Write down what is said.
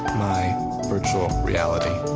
my virtual reality.